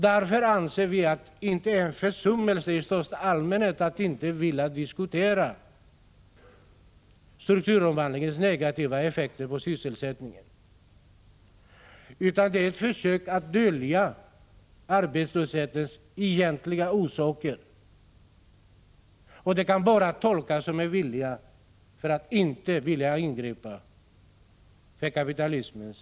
Därför anser vi att det inte är en försummelse i största allmänhet att man inte vill diskutera strukturomvandlingens negativa effekter på sysselsättningen, utan det är ett försök att dölja arbetslöshetens egentliga orsaker. Det kan bara tolkas som en ovilja att ingripa, därför att det är det kapitalistiska systemets sätt att fungera.